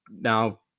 now